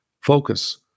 focus